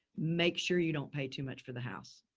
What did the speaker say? make sure you don't pay too much for the house.